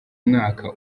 umwaka